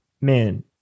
man